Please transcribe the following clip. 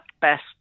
best